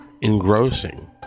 engrossing